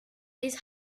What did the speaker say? these